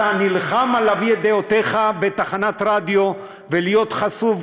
אתה נלחם להביא את דעותיך בתחנת רדיו ולהיות חשוף,